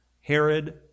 Herod